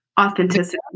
Authenticity